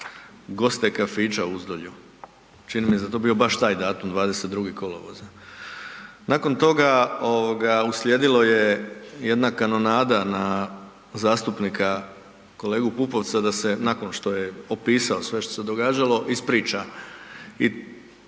goste kafića u Uzdolju. Čini mi se da je to bio baš taj datum 22. kolovoza. Nakon toga ovoga uslijedilo je jedna kanonada na zastupnika kolegu Pupovca da se nakon što je opisao sve što se događalo, ispriča